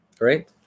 right